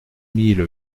mille